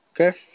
Okay